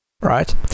right